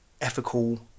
ethical